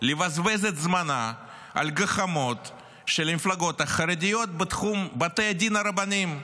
לבזבז את זמנה על גחמות של המפלגות החרדיות בתחום בתי הדין הרבניים.